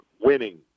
winning